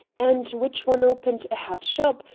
and which one opened a hat shop,